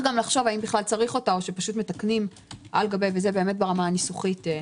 לחשוב אם צריך אותה או מתקנים על גבי זה - ברמה הניסוחית,